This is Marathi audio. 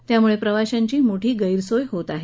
त्यामुळे प्रवाशांची मोठी गैरसोय होत आहे